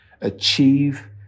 achieve